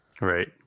Right